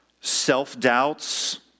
self-doubts